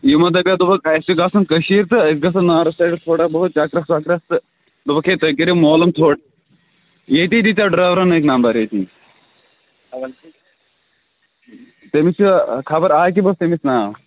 یِمو دَپیو دوٚپُکھ اَسہِ چھُ گَژھُن کٔشیٖرِ تہٕ أسۍ گژھو نارٕتھ سایڈس تھوڑا بہت چکرس وکرس تہٕ دوٚپُکھ ہے تُہۍ کٔرِو معلوٗم تھوڑا ییٚتی دِتو ڈرورن أکۍ نمبر ییٚتی تٔمِس چھُ خبر عاقف اوس تٔمِس ناو